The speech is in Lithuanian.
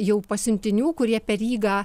jau pasiuntinių kurie per rygą